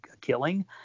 killing